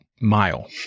mile